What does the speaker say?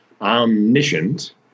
omniscient